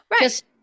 Right